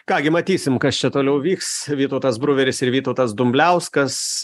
ką gi matysim kas čia toliau vyks vytautas bruveris ir vytautas dumbliauskas